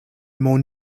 more